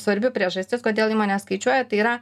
svarbi priežastis kodėl įmonės skaičiuoja tai yra